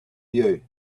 you